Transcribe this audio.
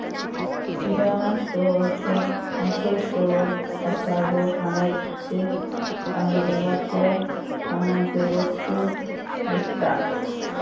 किराणा store एक असो store असा जो खाण्याचे आणि घरातल्या कामाचे वस्तु विकता